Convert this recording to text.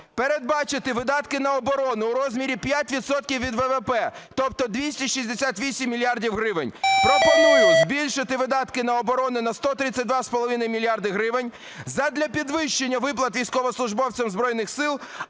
передбачити видатки на оборону в розмірі 5 відсотків від ВВП, тобто – 268 мільярдів гривень. Пропоную збільшити видатки на оборони на 132,5 мільярда гривень задля підвищення виплат військовослужбовцям Збройних Сил,